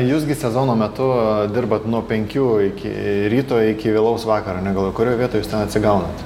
jūs gi sezono metu dirbat nuo penkių iki ryto iki vėlaus vakaro negal kurioj vietoj atsigaunat